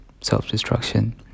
self-destruction